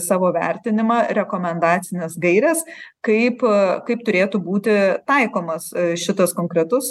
savo vertinimą rekomendacines gaires kaip kaip turėtų būti taikomas šitas konkretus